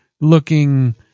Looking